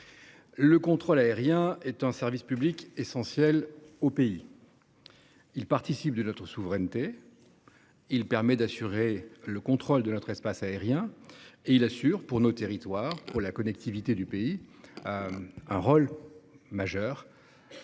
le contrôle aérien est un service public essentiel pour notre pays. Il participe de notre souveraineté, permet d'assurer le contrôle de notre espace aérien et assure un rôle majeur pour nos territoires et pour la connectivité du pays, un rôle régalien.